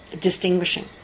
distinguishing